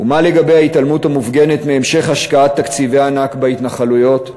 ומה לגבי ההתעלמות המופגנת מהמשך השקעת תקציבי ענק בהתנחלויות?